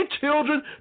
children